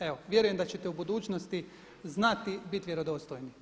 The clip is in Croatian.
Evo vjerujem da ćete u budućnosti znati biti vjerodostojni.